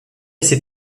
ses